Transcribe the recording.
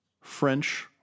French